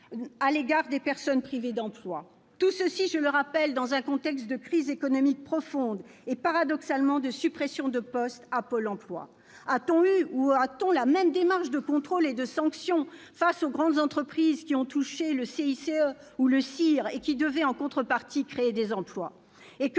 à l'égard des personnes privées d'emploi, et ce, je le rappelle, dans un contexte de crise économique profonde et, paradoxalement, de suppressions de postes à Pôle emploi ? A-t-on eu ou a-t-on la même démarche de contrôle et de sanction face aux grandes entreprises qui ont touché le CICE, le crédit d'impôt pour la compétitivité et l'emploi,